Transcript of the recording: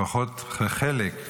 לפחות בחלק,